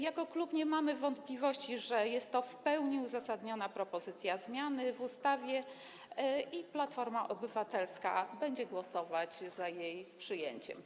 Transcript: Jako klub nie mamy wątpliwości, że jest to w pełni uzasadniona propozycja zmiany w ustawie, i Platforma Obywatelska będzie głosować za jej przyjęciem.